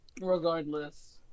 Regardless